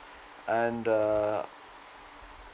and uh